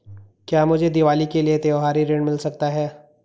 क्या मुझे दीवाली के लिए त्यौहारी ऋण मिल सकता है?